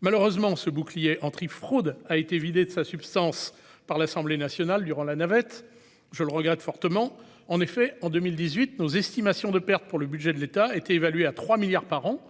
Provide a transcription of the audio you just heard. Malheureusement, ce bouclier antifraude a été vidé de sa substance par l'Assemblée nationale durant la navette parlementaire. Je le regrette fortement. En effet, en 2018, nos estimations de pertes pour le budget de l'État étaient évaluées à 3 milliards d'euros